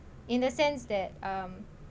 in a sense that um